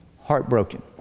heartbroken